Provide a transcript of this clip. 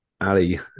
Ali